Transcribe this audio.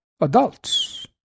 adults